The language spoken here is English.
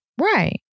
Right